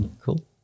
Cool